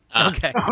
Okay